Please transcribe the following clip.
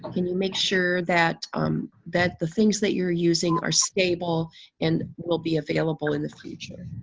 can you make sure that um that the things that you're using are stable and will be available in the future?